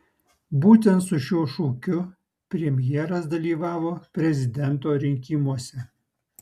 būtent su šiuo šūkiu premjeras dalyvavo prezidento rinkimuose